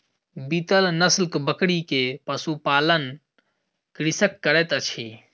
बीतल नस्लक बकरी के पशु पालन कृषक करैत अछि